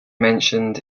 mentioned